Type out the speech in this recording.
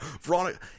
Veronica